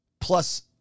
plus